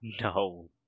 No